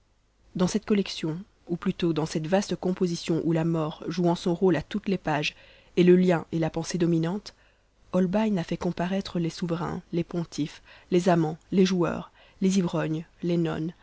dans cette collection ou plutôt dans cette vaste composition où la mort jouant son rôle à toutes les pages est le lien et la pensée dominante holbein a fait comparaître les souverains les pontifes les amants les joueurs les ivrognes les nonnes